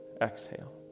Exhale